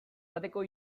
bateko